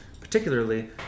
Particularly